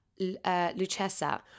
Lucessa